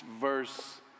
verse